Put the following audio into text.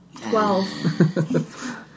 Twelve